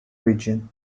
region